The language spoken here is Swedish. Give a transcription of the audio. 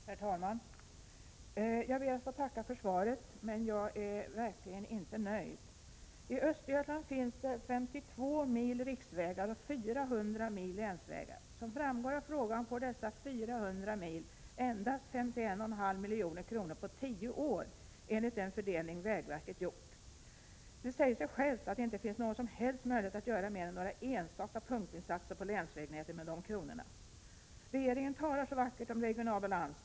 Herr talman! Jag ber att få tacka för svaret. Tyvärr måste jag säga att jag verkligen inte är nöjd. I Östergötland finns det 52 mil riksvägar och 400 mil länsvägar. Som framgår av frågan anslås för dessa 400 mil endast 51,5 milj.kr. på tio år enligt den fördelning som vägverket har gjort. Det säger sig självt att det inte finns någon som helst möjlighet att göra annat än några enstaka punktinsatser på länsvägnätet med de kronorna. Regeringen talar så vackert om regional balans.